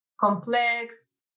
complex